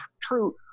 true